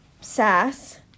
sass